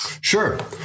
Sure